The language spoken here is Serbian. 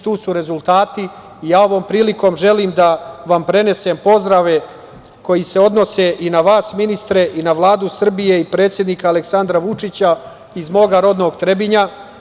Tu su rezultati i ja ovom prilikom želim da vam prenesem pozdrave koji se odnose i na vas, ministre, i na Vladu Srbije i predsednika Aleksandra Vučića iz mog rodnog Trebinja.